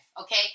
Okay